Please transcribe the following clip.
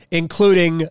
including